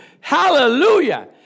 Hallelujah